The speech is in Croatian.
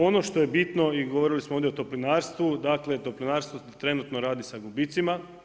Ono što je bitno i govorili smo ovdje o toplinarstvu, dakle toplinarstvo trenutno radi sa gubicima.